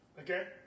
Okay